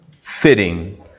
fitting